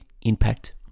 impact